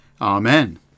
Amen